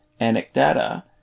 anecdata